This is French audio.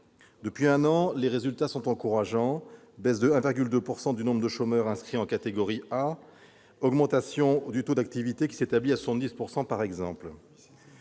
Depuis un an, les résultats sont encourageants : baisse de 1,2 % du nombre de chômeurs inscrits en catégorie A et augmentation du taux d'activité, qui s'établit à 72 %.